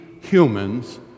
humans